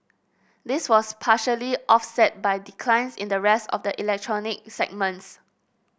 this was partially offset by declines in the rest of the electronic segments